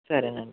సరే అండి